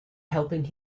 helping